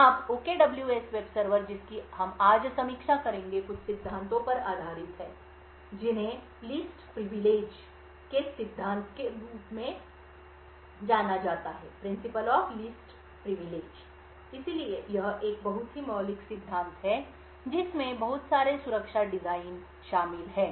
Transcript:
अब OKWS web server जिसकी हम आज समीक्षा करेंगे कुछ सिद्धांतों पर आधारित है जिन्हें लिस्ट प्रिविलेज के सिद्धांत के रूप में जाना जाता है इसलिए यह एक बहुत ही मौलिक सिद्धांत है जिसमें बहुत सारे सुरक्षा डिजाइन शामिल हैं